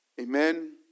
Amen